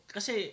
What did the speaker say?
Kasi